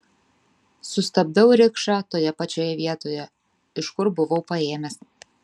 sustabdau rikšą toje pačioje vietoje iš kur buvau paėmęs